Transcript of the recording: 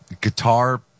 guitar